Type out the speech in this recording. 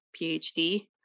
PhD